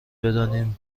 بدانیم